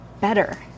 better